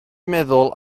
meddwl